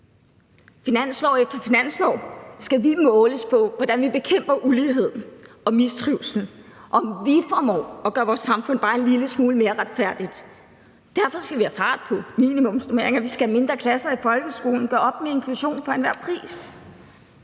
Finanslov efter finanslov skal vi måles på, hvordan vi bekæmper ulighed og mistrivsel, og om vi formår at gøre vores samfund bare en lille smule mere retfærdigt. Derfor skal vi have fart på minimumsnormeringer, vi skal have mindre klasser i folkeskolen og gøre op med tanken om inklusion for enhver pris.